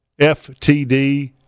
FTD